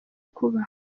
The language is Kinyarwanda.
kuba